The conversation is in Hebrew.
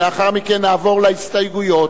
לאחר מכן נעבור להסתייגויות.